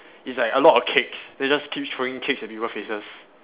is like a lot of cakes then you just keep throwing cakes at people faces